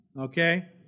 Okay